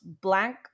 blank